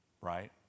Right